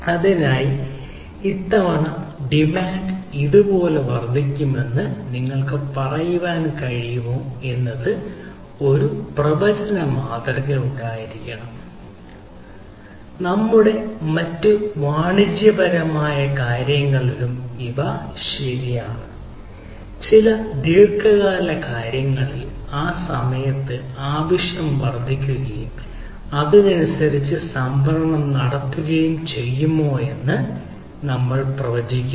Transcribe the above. അതിനായി ഇത്തവണ ഡിമാൻഡ് ഇതുപോലെ വർദ്ധിക്കുമെന്ന് നിങ്ങൾക്ക് പറയാൻ കഴിയുമോ എന്ന് ഒരു പ്രവചന മാതൃക ഉണ്ടായിരിക്കണം നമ്മളുടെ മറ്റ് വാണിജ്യപരമായ കാര്യങ്ങളിലും ഇവ ശരിയാണ് ചില ദീർഘകാല കാര്യങ്ങളിൽ ആ സമയത്ത് ആവശ്യം വർദ്ധിക്കുകയും അതിനനുസരിച്ച് സംഭരണം നടത്തുകയും ചെയ്യുമോ എന്ന് നമ്മൾ പ്രവചിക്കുന്നു